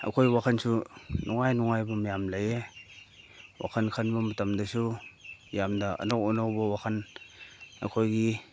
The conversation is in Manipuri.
ꯑꯩꯈꯣꯏ ꯋꯥꯈꯟꯁꯨ ꯅꯨꯡꯉꯥꯏ ꯅꯨꯡꯉꯥꯏꯕ ꯃꯌꯥꯝ ꯂꯩꯌꯦ ꯋꯥꯈꯟ ꯈꯟꯕ ꯃꯇꯝꯗꯁꯨ ꯌꯥꯝꯅ ꯑꯅꯧ ꯑꯅꯧꯕ ꯋꯥꯈꯟ ꯑꯩꯈꯣꯏꯒꯤ